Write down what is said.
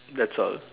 that's all